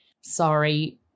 Sorry